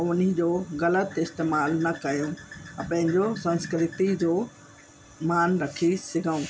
उनजो ग़लति इस्तेमाल न कयूं पंहिंजो संस्कृति जो मान रखी सघूं